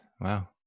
Wow